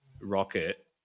rocket